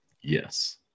yes